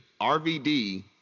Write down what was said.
RVD